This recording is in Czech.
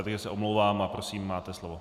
Takže se omlouvám a prosím, máte slovo.